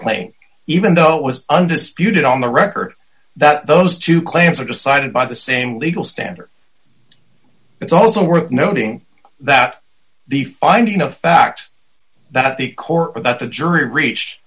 claim even though it was undisputed on the record that those two claims are decided by the same legal standard it's also worth noting that the finding of fact that the court without the jury reach